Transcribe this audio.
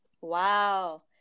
Wow